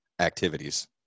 activities